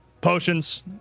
potions